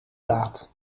daad